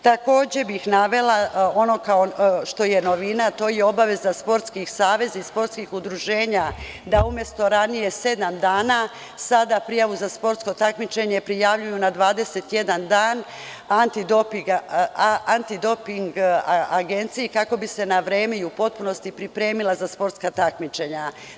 Takođe bih navela ono što je novina, to je obaveza sportskih saveza i sportskih udruženja da umesto ranije sedam dana, sada prijavu za sportsko takmičenje prijavljuju na 21 dan Antidoping agenciji, kako bi se na vreme i u potpunosti pripremila za sportska takmičenja.